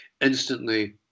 instantly